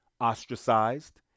ostracized